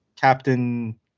captain